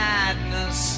madness